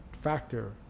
factor